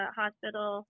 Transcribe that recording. hospital